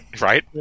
right